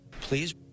Please